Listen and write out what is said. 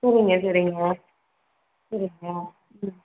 சரிங்க சரிங்க சரிங்க ம்